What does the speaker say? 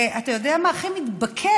אתה יודע מה, הכי מתבקש.